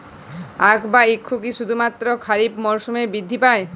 আখ বা ইক্ষু কি শুধুমাত্র খারিফ মরসুমেই বৃদ্ধি পায়?